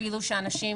אפילו שאנשים,